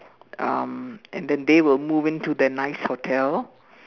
um and then they will move in to their nice hotel